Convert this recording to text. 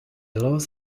los